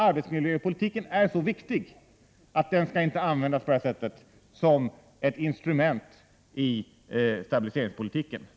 Arbetsmiljöpolitiken är så viktig att den inte skall användas på det här sättet, som ett instrument i stabiliseringspolitiken.